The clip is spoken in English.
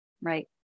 Right